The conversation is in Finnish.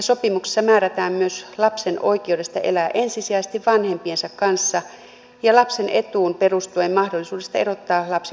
sopimuksessa määrätään myös lapsen oikeudesta elää ensisijaisesti vanhempiensa kanssa ja lapsen etuun perustuen mahdollisuudesta erottaa lapsi vanhemmistaan